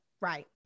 right